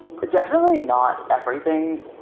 definitely not everything.